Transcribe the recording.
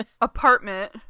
apartment